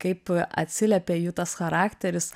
kaip atsiliepia jų tas charakteris